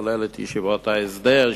כולל ישיבות ההסדר,